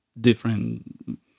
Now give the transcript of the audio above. different